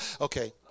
Okay